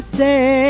say